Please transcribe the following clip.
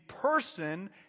person